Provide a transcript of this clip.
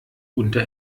unter